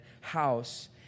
house